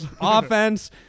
offense